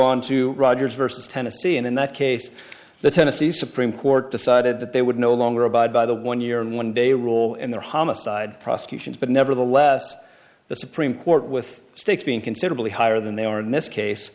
on to rogers versus tennessee and in that case the tennessee supreme court decided that they would no longer abide by the one year and one day rule in their homicide prosecutions but nevertheless the supreme court with stakes being considerably higher than they are in this case